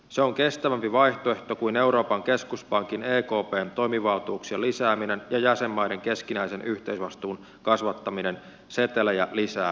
se on kestävämpi vaihtoehto kuin euroopan keskuspankin ekpn toimivaltuuksien lisääminen ja jäsenmaiden keskinäisen yhteisvastuun kasvattaminen setelejä lisää painamalla